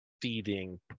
feeding